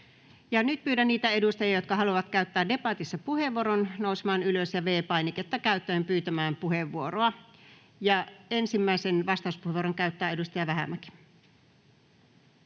nyt pyydän niitä edustajia, jotka haluavat käyttää debatissa puheenvuoron, nousemaan ylös ja V-painiketta käyttäen pyytämään puheenvuoroa. — Ensimmäisen vastauspuheenvuoron käyttää edustaja Vähämäki.